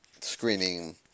screening